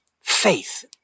faith